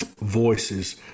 voices